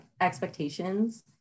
expectations